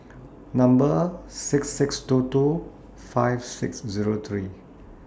Number six six two two five six Zero three